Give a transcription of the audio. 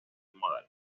model